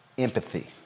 empathy